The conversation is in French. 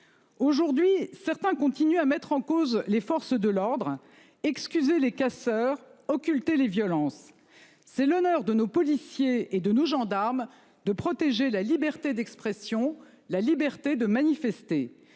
Aujourd'hui, certains continuent à mettre en cause les forces de l'ordre excusez les casseurs occulter les violences, c'est l'honneur de nos policiers et de nos gendarmes de protéger la liberté d'expression, la liberté de manifester.